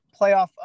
playoff